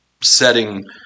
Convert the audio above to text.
setting